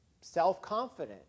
self-confident